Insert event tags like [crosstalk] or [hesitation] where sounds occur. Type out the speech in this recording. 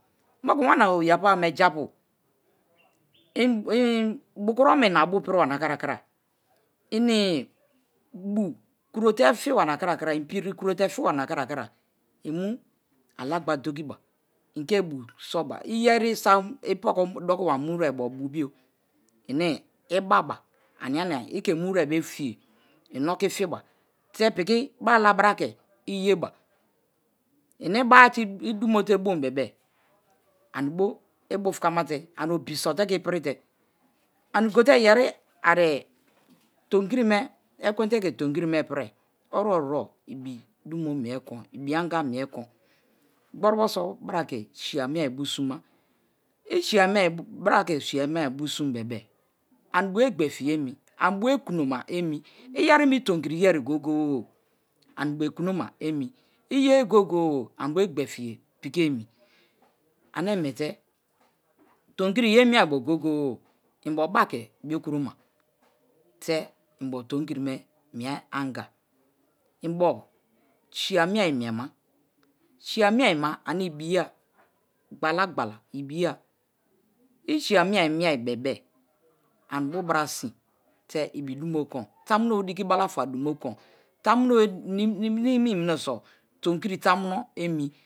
Mo̱ku̱ wana oyiapu awu̱e̱me̱ japu [hesitation] inbukoroma inabu piri wari nakrakra inbu kuro te̱ fi̱ ba nakrakra inpiri kuro te̱ fi̱ ba nakra-kra i̱nmu̱ alagba dọki̱ba inke bu̱u̱ so̱ ba. Iye̱ isam ipoko dokiba muwerebo̱ bu̱u̱ bio eni ibaba ania-nia i̱ke̱ muwere bo̱ fiye̱ inokifiba te̱ piki brala bara ke̱ iye̱ba. Ini̱ba-a te̱ i̱dumo̱ te̱ bo̱ bebe anibo ibufukamate̱ ani̱ obi̱ sote̱ ke̱ ipirite̱. Ani̱go̱te̱ ye̱ri ari tomikirime̱ ekwente ke̱ tomikiri me̱ mi̱e̱ ko̱n ibi anga mi̱e̱ kongborubo so̱ bra ke̱ siye̱ ami̱e̱ri [hesitation] bira ke̱ siye̱ ami̱e̱ri̱ bo̱ su̱u̱m bebe-e anibe gbefiye emi anibe kunoma emi̱. Iye̱ri̱ mi̱ tomikiri yeri goye̱-goye̱ ani̱be̱ ku̱no̱ma e̱mi̱ i̱ye̱ye̱ goye̱-goye anibe gbefiye piki emi̱. Ane mie̱te̱ tomikiri ye̱a mi̱e̱ri̱ bo̱ goye̱-goye̱ i̱nbo̱ baa ke̱ biokroma te̱ inbo tomikiri mie-mie anga inbo siye amie miema si̱ye̱ ami̱e̱ma ani̱ ibiya gbala-gbala ibiya. I̱ si̱ye̱ ami̱e̱be̱be̱-e̱ ani̱bo̱ barasin te̱ ibidumo ko̱n. Tamunobe̱ dikibalafa du̱mo̱ ko̱n. Tamuno̱be̱ ni̱mi̱ mine̱so̱ to̱mi̱ki̱ri̱ tamu̱no̱ e̱mi̱.